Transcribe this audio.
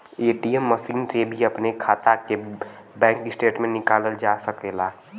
ATM machine से भी अपने खाता के बैंक स्टेटमेंट निकालल जा सकेला